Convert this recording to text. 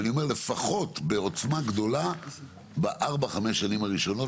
ואני אומר לפחות בעוצמה גדולה בארבע-חמש שנים הראשונות,